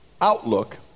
outlook